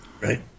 Right